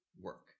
work